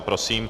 Prosím.